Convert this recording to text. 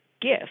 gift